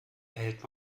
erhält